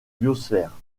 biosphère